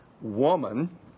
woman